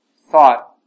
thought